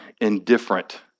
indifferent